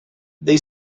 they